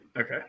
okay